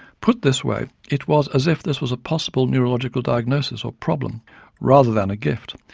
put this way it was as if this was a possible neurological diagnosis or problem rather than a gift,